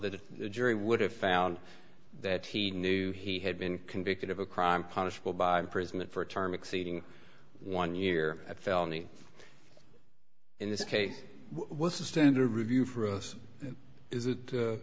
that the jury would have found that he knew he had been convicted of a crime punishable by imprisonment for a term exceeding one year a felony in this case what's the standard review for us is it